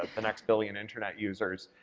the next billion internet users,